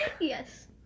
Yes